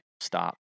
stop